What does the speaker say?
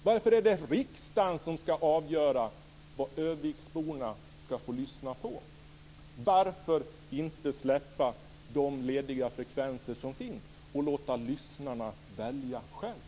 Varför är det riksdagen som skall avgöra vad örnsköldsviksborna skall få lyssna på? Varför inte släppa de lediga frekvenser som finns och låta lyssnarna välja själva?